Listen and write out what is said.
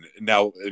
now